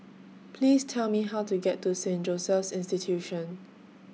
Please Tell Me How to get to Saint Joseph's Institution